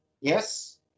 Yes